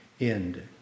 End